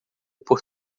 por